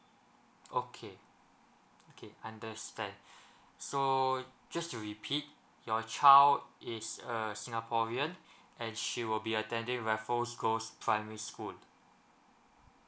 okay okay understand so just to repeat your child is a singaporean and she will be attending raffles girls primary school